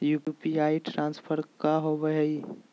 UPI transfer का होव हई?